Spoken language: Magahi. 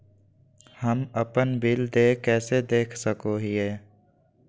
हम अपन बिल देय कैसे देख सको हियै?